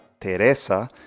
Teresa